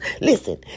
Listen